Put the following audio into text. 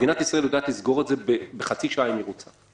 מדינת ישראל יודעת לסגור את זה בחצי שעה אם היא רוצה.